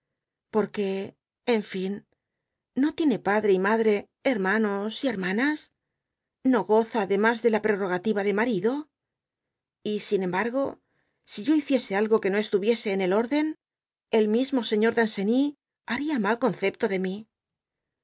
en fin no tiene padre y madre hermanos y hermanas no goza ademas la prerogativa de marido y sin embaído si yp hiciese algo que no estuyiese en el orden el mismo señor danciy haría mal concepto de mi